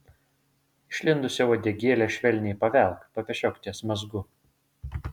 išlindusią uodegėlę švelniai pavelk papešiok ties mazgu